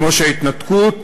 כמו שההתנתקות,